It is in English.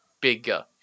bigger